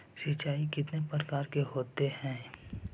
सिंचाई कितने प्रकार के होते हैं?